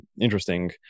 interesting